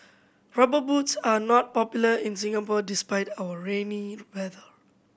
Rubber Boots are not popular in Singapore despite our rainy weather